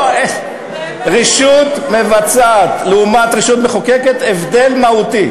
לא, את לא מבינה את העניין.